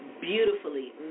beautifully